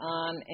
on